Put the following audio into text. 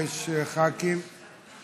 אני